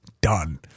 done